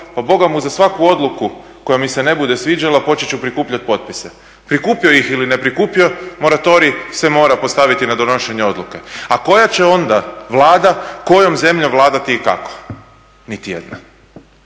pa Boga mu za svaku odluku koja mi se ne bude sviđala počet ću prikupljati potpise. Prikupio ih ili ne prikupio moratorij se mora postaviti na donošenje odluka. A koja će onda Vlada kojom zemljom vladati i kako? Nitijedna.